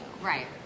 Right